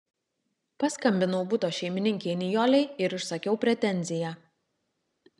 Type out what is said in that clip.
paskambinau buto šeimininkei nijolei ir išsakiau pretenziją